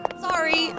Sorry